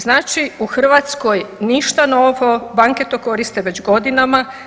Znači u Hrvatskoj ništa novo, banke to koriste već godinama.